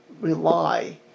rely